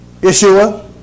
Yeshua